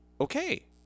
okay